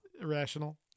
irrational